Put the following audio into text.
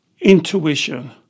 Intuition